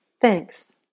Thanks